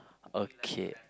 okay